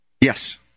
Yes